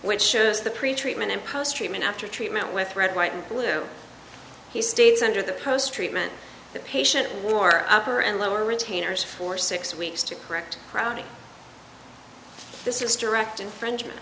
which shows the pretreatment and post treatment after treatment with red white and blue he states under the post treatment the patient wore upper and lower retainers for six weeks to correct crowding this is direct infringement